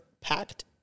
packed